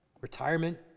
retirement